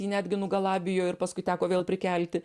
jį netgi nugalabijo ir paskui teko vėl prikelti